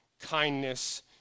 kindness